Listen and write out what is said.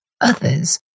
Others